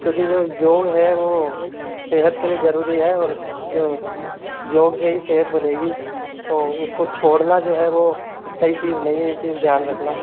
क्योंकि जो योग है वो सेहत के लिए जरूरी है और जो योग से ही सेहत बनेगी तो उसको छोड़ना जो है वो सही चीज़ नहीं है ये चीज़ ध्यान रखना